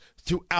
throughout